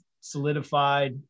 solidified